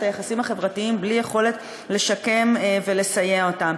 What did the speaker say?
היחסים החברתיים בלי יכולת לשקם ולסייע להם,